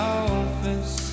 office